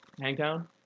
Hangtown